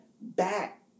back